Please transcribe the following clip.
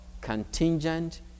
contingent